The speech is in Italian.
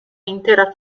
intera